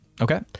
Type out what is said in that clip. Okay